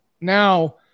now